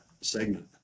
segment